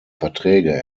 verträge